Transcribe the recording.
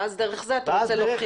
ואז דרך זה אתה מנסה להוכיח.